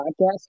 podcast